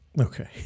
okay